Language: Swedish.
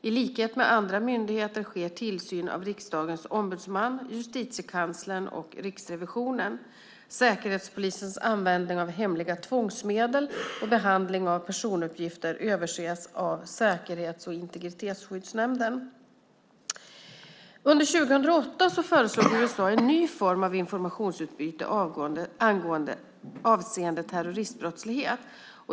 I likhet med andra myndigheter sker tillsyn av Riksdagens ombudsman, Justitiekanslern och Riksrevisionen. Säkerhetspolisens användning av hemliga tvångsmedel och behandling av personuppgifter överses av Säkerhets och integritetsskyddsnämnden. Under 2008 föreslog USA en ny form av informationsutbyte avseende terroristbrottslighet.